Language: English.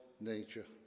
nature